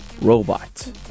robot